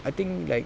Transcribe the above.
I think like